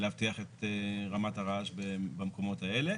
להבטיח את רמת הרעש במקומות האלה.